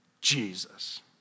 Jesus